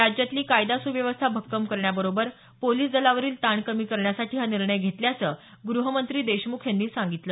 राज्यातली कायदा स्व्यवस्था भक्कम करण्याबरोबर पोलीस दलावरील ताण कमी करण्यासाठी हा निर्णय घेतला असल्याचं गृहमंत्री देशमुख यांनी सांगितलं